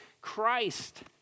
Christ